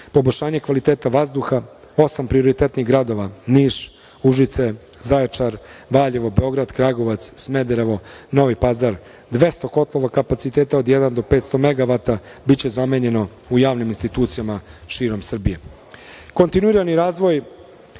kvaliteta vazduha osam prioritetnih gradova: Niš, Užice, Zaječar, Valjevo, Beograd, Kragujevac, Smederevo, Novi Pazar, 200 kotlova kapaciteta od jedan do 500 megavata biće zamenjeno u javnim institucijama širom Srbije. Kontinuirani razvoj